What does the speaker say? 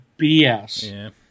BS